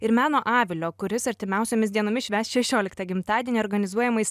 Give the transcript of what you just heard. ir meno avilio kuris artimiausiomis dienomis švęs šešioliktą gimtadienį organizuojamais